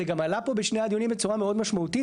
זה גם עלה פה בשני הדיונים בצורה משמעותית.